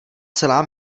celá